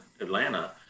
Atlanta